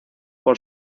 por